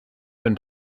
been